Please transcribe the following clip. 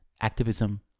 activism